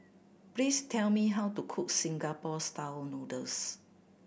please tell me how to cook Singapore Style Noodles